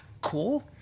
cool